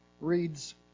reads